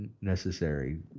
necessary